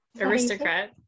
Aristocrat